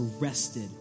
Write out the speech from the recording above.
arrested